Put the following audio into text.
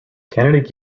canada